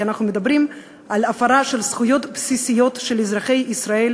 כי אנחנו מדברים על הפרה של זכויות בסיסיות של אזרחי ישראל